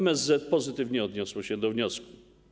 MSZ pozytywnie odniosło się do wniosku.